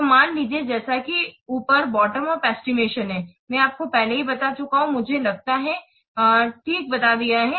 तो मान लीजिए जैसा कि ऊपर बॉटम उप एस्टिमेशन है मैं आपको पहले ही बता चुका हूं मुझे लगता है ठीक बता दिया है